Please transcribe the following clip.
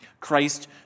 Christ